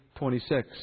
26